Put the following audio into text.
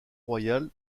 royal